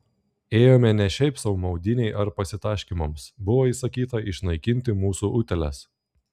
ėjome ne šiaip sau maudynei ar pasitaškymams buvo įsakyta išnaikinti mūsų utėles